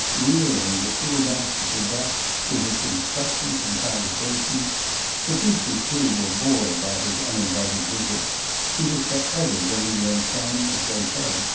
wearying the schoolmaster to death with his instructions and conversation the teachers, too, were bored by his uninvited visits he was for ever bringing them some, as they said,